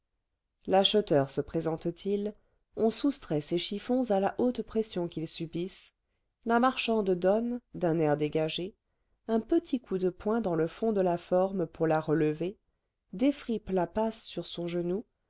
l'acheteur se présente t il on soustrait ces chiffons à la haute pression qu'ils subissent la marchande donne d'un air dégagé un petit coup de poing dans le fond de la forme pour la relever défripe la passe sur son genou